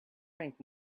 drink